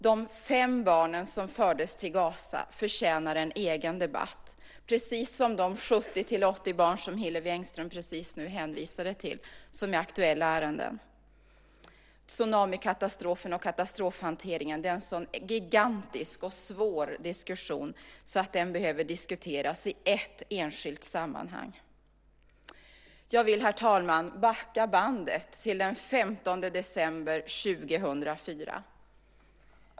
De fem barnen som fördes till Gaza förtjänar en egen debatt, precis som de 70-80 barn som Hillevi Engström precis hänvisade till som aktuella ärenden. Tsunamikatastrofen och katastrofhanteringen är en sådan gigantisk och svår diskussion att den behöver tas upp i ett enskilt sammanhang. Jag vill, herr talman, backa bandet till den 15 december 2004.